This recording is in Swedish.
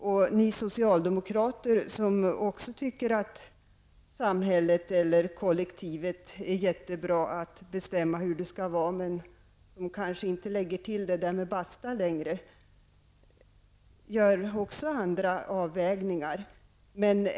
Och ni socialdemokrater, som också tycker att samhället eller kollektivet är jättebra på att bestämma hur det skall vara, men som kanske inte längre lägger till ''därmed basta'', gör andra avvägningar.